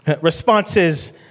Responses